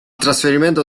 trasferimento